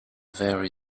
vary